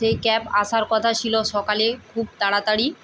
সেই ক্যাব আসার কথা ছিল সকালে খুব তাড়াতাড়ি